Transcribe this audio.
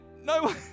no